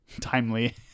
timely